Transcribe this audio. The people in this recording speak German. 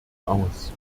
aus